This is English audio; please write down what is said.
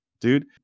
dude